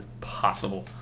possible